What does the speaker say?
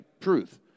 Truth